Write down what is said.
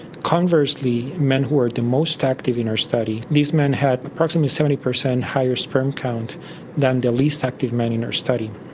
conversely, men who are the most active in our study, these men had approximately seventy percent higher sperm count than the least active men in our study.